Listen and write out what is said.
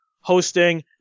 hosting